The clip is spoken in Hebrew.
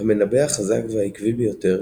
המנבא החזק והעקבי ביותר